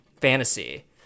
fantasy